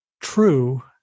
true